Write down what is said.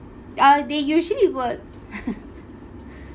uh they usually would